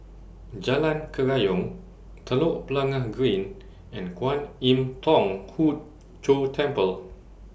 Jalan Kerayong Telok Blangah Green and Kwan Im Thong Hood Cho Temple